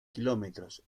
kilómetros